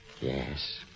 Yes